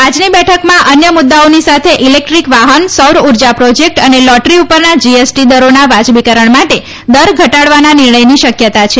આજની બેઠકમાં અન્ય મુદ્દાઓની સાથે ઇલેક્ટ્રીક વાહન સૌર ઊર્જા પ્રોજેક્ટ અને લોટરી ઉપરના જીએસટી દરોના વાજબીકરણ માટે દર ઘટાડવાના નિર્ણયની શક્યતા છે